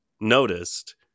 noticed